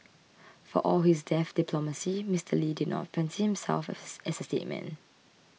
for all his deft diplomacy Mister Lee did not fancy himself as a statesman